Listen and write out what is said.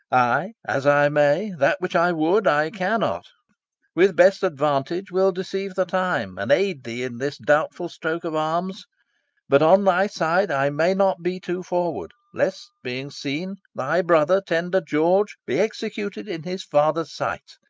i, as i may that which i would i cannot with best advantage will deceive the time, and aid thee in this doubtful stroke of arms but on thy side i may not be too forward, lest, being seen, thy brother, tender george, be executed in his father's sight.